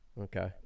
Okay